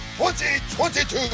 2022